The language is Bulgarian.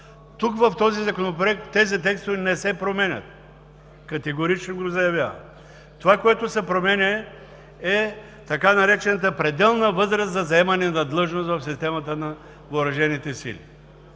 Тук, в законопроекта, тези текстове не се променят – категорично го заявявам. Това, което се променя, е така наречената пределна възраст за заемане на длъжност в системата на въоръжените сили.